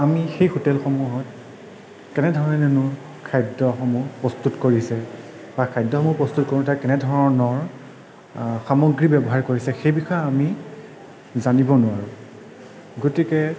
আমি সেই হোটেলসমূহত কেনেধৰণেনো খাদ্য়সমূহ প্ৰস্তুত কৰিছে বা খাদ্য়সমূহ প্ৰস্তুত কৰোঁতে কেনেধৰণৰ সামগ্ৰী ব্য়ৱহাৰ কৰিছে সেই বিষয়ে আমি জানিব নোৱাৰোঁ গতিকে